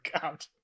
god